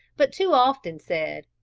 but too often said,